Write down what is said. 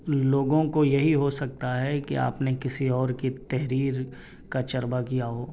لوگوں کو یہی ہو سکتا ہے کہ آپ نے کسی اور کی تحریر کا چرچہ کیا ہو